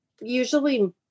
usually